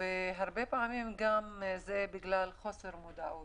ופעמים רבות בגלל חוסר מודעות.